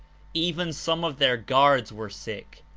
even some of their guards were sick.